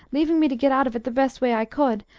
leaving me to get out of it the best way i could,